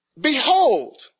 Behold